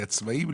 הפשוטה.